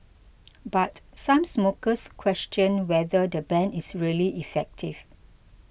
but some smokers question whether the ban is really effective